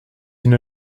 une